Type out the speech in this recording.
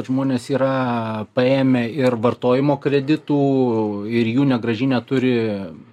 žmonės yra paėmę ir vartojimo kreditų ir jų negrąžinę turi